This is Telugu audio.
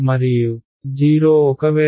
మరియు 0 ఒకవేళ r'V2 అయుతే